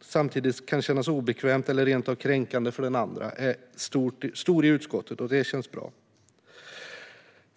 samtidigt kan kännas obekvämt eller rent av kränkande för den andre är stor i utskottet, och det känns bra.